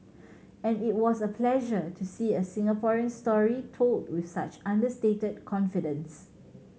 and it was a pleasure to see a Singaporean story told with such understated confidence